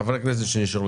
חברי הכנסת שנשארו,